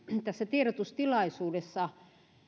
tässä tiedotustilaisuudessa